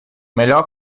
melhor